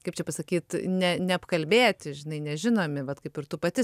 kaip čia pasakyt ne neapkalbėti žinai nežinomi vat kaip ir tu pati